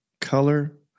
color